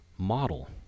model